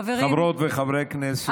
חבר הכנסת בן ברק וחבר הכנסת סימון דוידסון,